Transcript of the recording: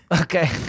Okay